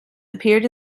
appeared